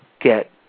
get